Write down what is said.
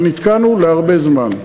אבל נתקענו להרבה זמן.